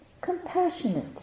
compassionate